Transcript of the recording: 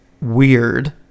Weird